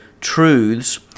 truths